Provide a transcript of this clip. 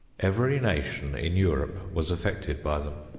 every nation in europe was affected by them.